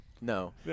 No